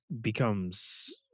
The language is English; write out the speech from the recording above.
becomes